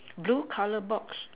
blue colour box